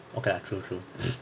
okay lah true true